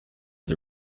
the